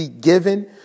given